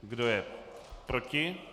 Kdo je proti?